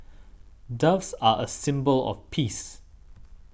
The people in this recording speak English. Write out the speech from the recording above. Doves are a symbol of peace